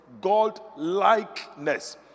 God-likeness